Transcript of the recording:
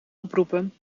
oproepen